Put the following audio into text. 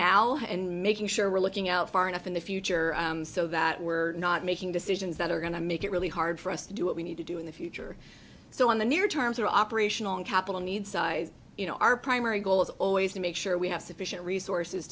now and making sure we're looking out far enough in the future so that we're not making decisions that are going to make it really hard for us to do what we need to do in the future so in the near term their operational capital needs size you know our primary goal is always to make sure we have sufficient resources